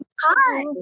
Hi